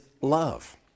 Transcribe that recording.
love